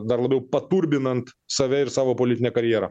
dar labiau paturbinant save ir savo politinę karjerą